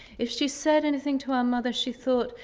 if she said anything to our mother, she thought,